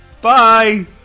Bye